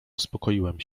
uspokoiłem